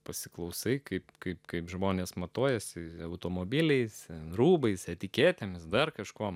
pasiklausai kaip kaip kaip žmonės matuojasi automobiliais rūbais etiketėmis dar kažko